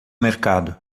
mercado